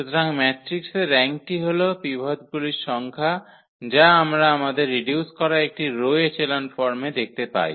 সুতরাং ম্যাট্রিক্সের র্যাঙ্কটি হল পিভটগুলির সংখ্যা যা আমরা আমাদের রিডিউস করা একটি রো এচেলন ফর্মে দেখতে পাই